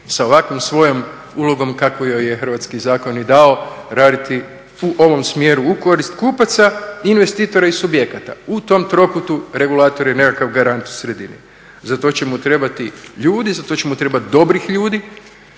sa ovakvom svojom ulogom kakvu joj je hrvatski zakon i dao … u ovom smjeru u korist kupaca, investitora i subjekata. U tom trokutu regulator je nekakav garant u sredini. Za to ćemo trebati ljude, za to ćemo trebati dobrih ljudi